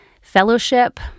Fellowship